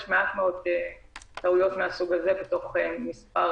יש מעט מאוד טעויות מהסוג הזה בתוך מספר